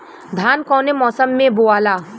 धान कौने मौसम मे बोआला?